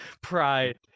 pride